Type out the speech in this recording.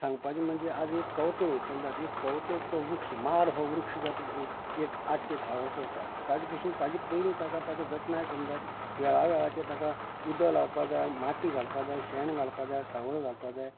सांगपाचे म्हणजे आयज एक कवाथो रोंयतना एक कवाथो तो वृक्ष माड हो वृक्ष जाता पसून एक आठ ते धा वर्सां वतात ताचे पसून ताचे पयली ताका ताका जतनाय करूंक जाय वेळा वेळाचेर ताका उदक लावपाक जाय माती घालपाक शेण घालपाक जाय सावळ घालपाक जाय